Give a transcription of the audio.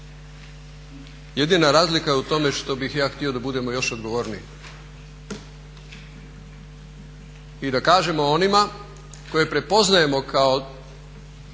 Jedina razlika je u tome što bih ja htio da budemo još odgovorniji i da kažemo onima koje prepoznajemo kao